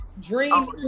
dream